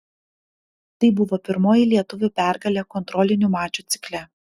tai buvo pirmoji lietuvių pergalė kontrolinių mačų cikle